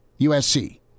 USC